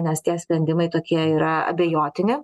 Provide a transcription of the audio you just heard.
nes tie sprendimai tokie yra abejotini